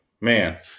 man